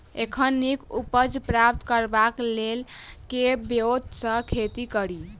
एखन नीक उपज प्राप्त करबाक लेल केँ ब्योंत सऽ खेती कड़ी?